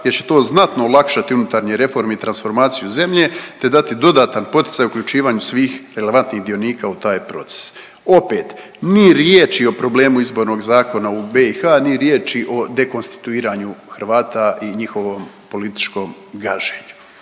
jer će to znatno olakšati unutarnje reforme i transformaciju zemlje te dati dodatan poticaj uključivanju svih relevantnih dionika u taj proces. Opet ni riječ o problemu izbornog zakona u BiH, ni riječi o dekonstituiranju Hrvata i njihovom političkom gaženju.